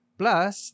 plus